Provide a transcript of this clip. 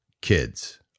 kids